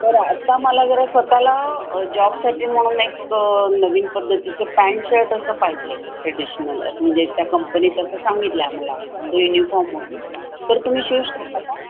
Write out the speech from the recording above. तर आत्ता मला जरा स्वतःला जॉबसाठी म्हणून एक नवीन पद्धतीचं पॅन्ट शर्ट असं पाहिजे आहे ट्रेडिशनल म्हणजे त्या कंपनीत असं सांगितलं आहे आम्हाला तो युनिफॉर्म म्हणून तर तुम्ही शिवू शकता